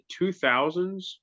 2000s